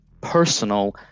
personal